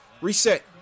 Reset